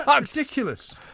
ridiculous